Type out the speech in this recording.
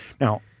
Now